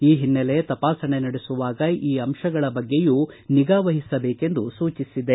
ಈ ಹಿನ್ನೆಲೆ ತಪಾಸಣೆ ನಡೆಸುವಾಗಿ ಈ ಅಂಶಗಳ ಬಗ್ಗೆಯೂ ನಿಗಾ ವಹಿಸಬೇಕೆಂದು ಸೂಚಿಸಿದೆ